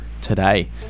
today